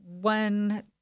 one